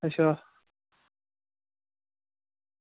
अच्छा